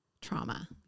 trauma